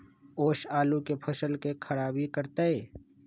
ओस आलू के फसल के खराबियों करतै?